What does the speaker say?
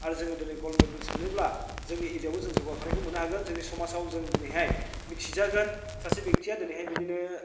आरो जोङो दिनै ग'ल्ड मेडेल्स मोनोब्ला जोंनि एरियायावबो जों जौगाखांनायखौ मोननो हागोन जोंनि समाजाव जों दिनैहाय मिथिजागोन सासे बेक्तिया दिनैहाय बेदिनो